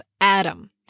Adam